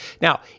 Now